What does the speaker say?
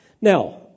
Now